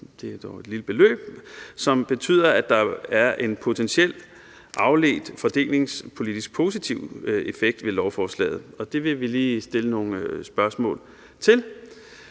det er dog et lille beløb, som betyder, at der er en potentiel afledt fordelingspolitisk positiv effekt af lovforslaget. Det vil vi lige stille nogle spørgsmål til.